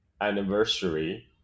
anniversary